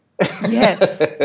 yes